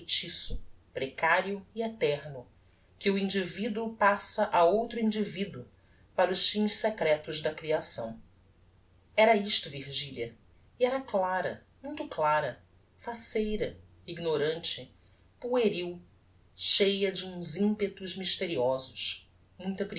feitiço precario e eterno que o individuo passa a outro individuo para os fins secretos da creação era isto virgilia e era clara muito clara faceira ignorante pueril cheia de uns impetos mysteriosos muita